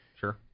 Sure